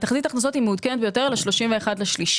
תחזית ההכנסות מעודכנת ביותר ל-31 במרס.